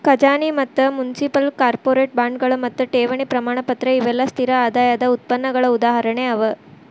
ಖಜಾನಿ ಮತ್ತ municipal, corporate ಬಾಂಡ್ಗಳು ಮತ್ತು ಠೇವಣಿ ಪ್ರಮಾಣಪತ್ರ ಇವೆಲ್ಲಾ ಸ್ಥಿರ ಆದಾಯದ್ ಉತ್ಪನ್ನಗಳ ಉದಾಹರಣೆ ಅವ